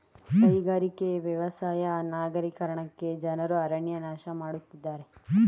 ಕೈಗಾರಿಕೆ, ವ್ಯವಸಾಯ ನಗರೀಕರಣಕ್ಕೆ ಜನರು ಅರಣ್ಯ ನಾಶ ಮಾಡತ್ತಿದ್ದಾರೆ